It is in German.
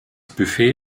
buffet